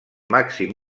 màxim